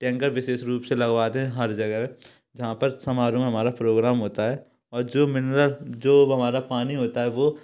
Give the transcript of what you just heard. tanker विशेष रुप से लगवाते हैं हर जगह जहाँ पर समारोह में हमारा प्रोग्राम होता है और जो मिनरल जो हमारा पानी होता है वो